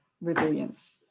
resilience